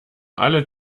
alle